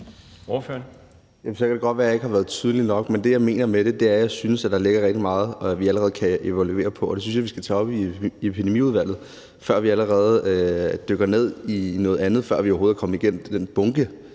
(M): Så kan det godt være, at jeg ikke har været tydelig nok, men det, jeg mener med det, er, at jeg synes, at der ligger rigtig meget, som vi allerede kan evaluere på. Det synes jeg vi skal tage op i Epidemiudvalget, før vi dykker ned i noget andet, og før vi overhovedet er kommet igennem den bunke